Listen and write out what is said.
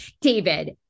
David